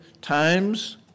times